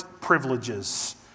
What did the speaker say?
privileges